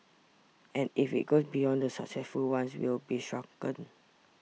and if it goes beyond the successful ones we'll be shrunken